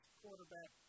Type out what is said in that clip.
quarterback